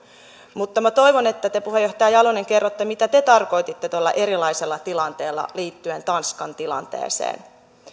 mutta minä toivon että te puheenjohtaja jalonen kerrotte mitä te tarkoititte tuolla erilaisella tilanteella liittyen tanskan tilanteeseen